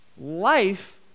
Life